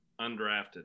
Undrafted